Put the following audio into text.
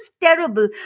terrible